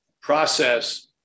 process